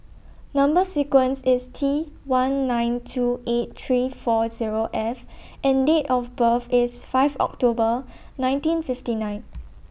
Number sequence IS T one nine two eight three four Zero F and Date of birth IS five October nineteen fifty nine